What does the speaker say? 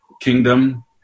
kingdom